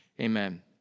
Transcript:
Amen